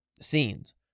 scenes